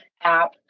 app